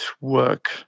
work